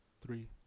Three